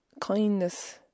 Kindness